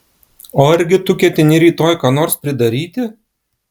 o argi tu ketini rytoj ką nors pridaryti